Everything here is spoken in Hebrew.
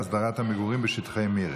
להסדרת המגורים בשטחי מרעה,